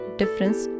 difference